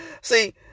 See